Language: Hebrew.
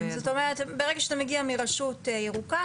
ברגע שאתה מגיע מרשות ירוקה,